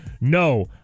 no